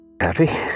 happy